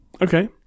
Okay